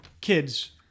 kids